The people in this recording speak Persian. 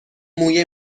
موی